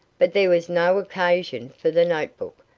but there was no occasion for the note-book,